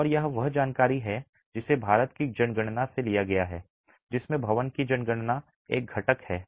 और यह वह जानकारी है जिसे भारत की जनगणना से लिया गया है जिसमें भवन की जनगणना एक घटक है